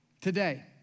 today